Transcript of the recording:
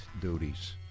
duties